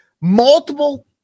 multiple